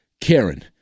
Karen